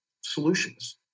solutions